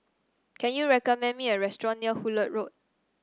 can you recommend me a restaurant near Hullet Road